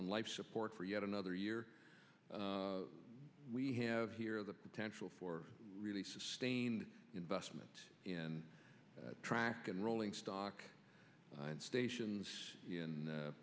on life support for yet another year we have here the potential for really sustained investment in track and rolling stock and stations in